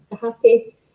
happy